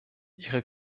ihre